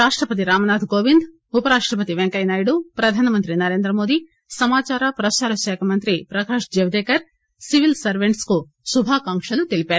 రాష్టపతి రామ్ నాథ్ కోవింద్ ఉపరాష్టపతి పెంకయ్యనాయుడు ప్రధానమంత్రి నరేంద్రమోదీ సమాచార ప్రసార శాఖ మంత్రి ప్రకాశ్ జావడేకర్ సివిల్ సర్వెంట్స్ కు శుభాకాంకులు తెలిపారు